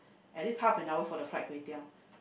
at least half an hour for the fried kway-teow